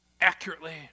accurately